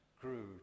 grew